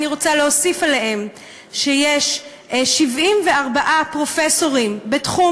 ואני רוצה להוסיף על דבריהם שיש 74 פרופסורים בתחום